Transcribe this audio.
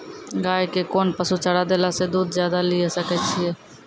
गाय के कोंन पसुचारा देला से दूध ज्यादा लिये सकय छियै?